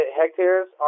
hectares